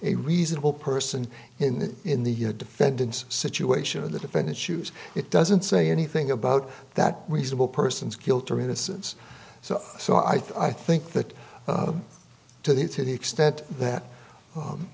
a reasonable person in the in the defendant's situation of the defendant shoes it doesn't say anything about that weasel person's guilt or innocence so so i think that to the to the extent that